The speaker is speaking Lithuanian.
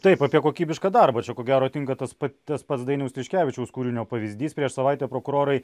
taip apie kokybišką darbą čia ko gero tinka tas pats tas pats dainiaus tiškevičiaus kūrinio pavyzdys prieš savaitę prokurorai